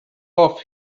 off